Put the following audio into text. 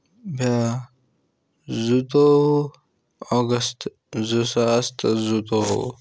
بیٛاکھ زٕتوٚوُہ اگست زٕ ساس تہٕ زٕتوٚوُہ